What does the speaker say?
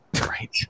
Right